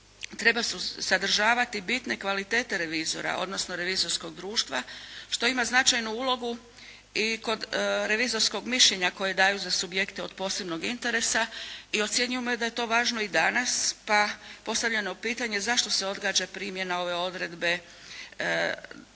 treba sadržavati bitne kvalitete revizora odnosno revizorskog društva što ima značajnu ulogu i kod revizorskog mišljenja koje daju za subjekte od posebnog interesa. I ocjenjujemo da je to važno i danas, pa postavljamo pitanje zašto se odgađa primjena ove odredbe do